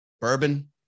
bourbon